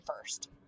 first